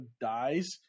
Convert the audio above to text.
dies